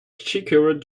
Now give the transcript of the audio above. checkered